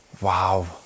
Wow